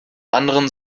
anderen